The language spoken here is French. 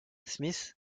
smith